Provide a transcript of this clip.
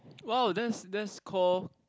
wow that's that's call